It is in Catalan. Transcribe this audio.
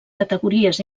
categories